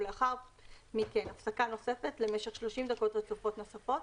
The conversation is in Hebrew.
ולאחר מכן הפסקה נוספת למשך 30 דקות רצופות נוספות